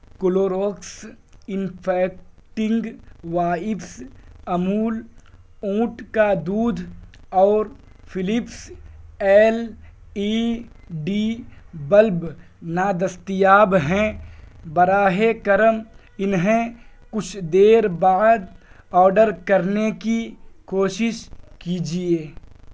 infecting wipes Amul اونٹ کا دودھ اور Philips L E D bulb نادستیاب ہیں براہ کرم انہیں کچھ دیر بعد آرڈر کرنے کی کوشش کیجیے